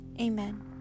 Amen